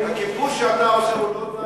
הכיבוש שאתה עושה הוא לא תנאי מוקדם?